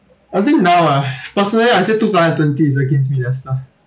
I think now ah personally I say two thousand and twenty is against me lester